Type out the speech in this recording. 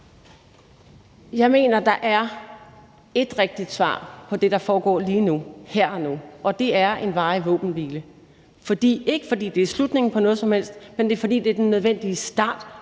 Jeg mener, der er ét rigtigt svar på det, der foregår lige nu, her og nu, og det er en varig våbenhvile, ikke fordi det er slutningen på noget som helst, men fordi det er den nødvendige start